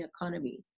economy